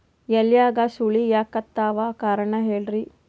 ಎಲ್ಯಾಗ ಸುಳಿ ಯಾಕಾತ್ತಾವ ಕಾರಣ ಹೇಳ್ರಿ?